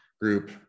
group